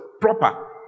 proper